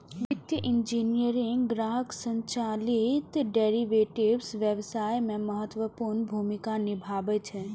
वित्तीय इंजीनियरिंग ग्राहक संचालित डेरेवेटिव्स व्यवसाय मे महत्वपूर्ण भूमिका निभाबै छै